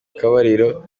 akabariro